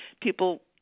People